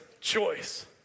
choice